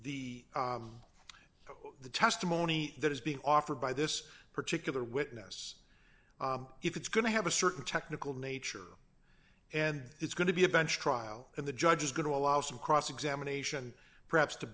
the the testimony that is being offered by this particular witness if it's going to have a certain technical nature and it's going to be a bench trial and the judge is going to allow some cross examination perhaps to